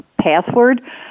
password